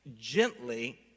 gently